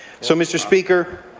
so, mr. speaker,